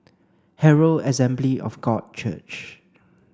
Herald Assembly of God Church